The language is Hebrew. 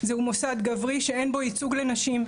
זהו מוסד גברי שאין בו ייצוג לנשים,